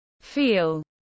feel